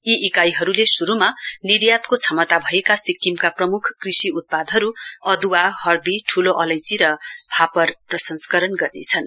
यी इकाइहरूले शुरुमा निर्यातको क्षमता भएका सिक्किमका प्रमुख कृषि उत्पादहरू अद्वा हर्दी ठूलो अलैंची र फापर प्रसंस्करण गर्नेछन्